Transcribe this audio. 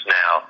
now